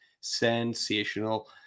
sensational